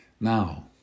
now